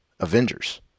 Avengers